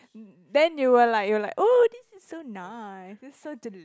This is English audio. then you were like you were like oh this is so nice this is so delicious